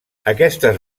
aquestes